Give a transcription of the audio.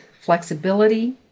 flexibility